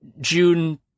June